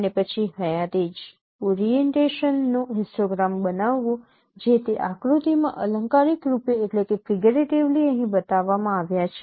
અને પછી હયાત એડ્જ ઓરીએન્ટેશનનો હિસ્ટોગ્રામ બનાવો જે તે આકૃતિઓમાં અલંકારિક રૂપે અહીં બતાવવામાં આવ્યા છે